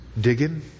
Digging